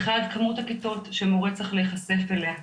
אחד, כמות הכיתות שמורה צריך להיחשף אליה.